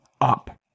up